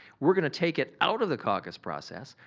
we're gonna take it out of the caucus process,